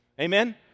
Amen